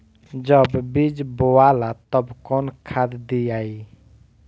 जब बीज बोवाला तब कौन खाद दियाई?